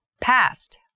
Past